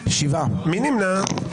מי נמנע?